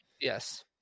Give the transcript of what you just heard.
yes